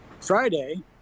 Friday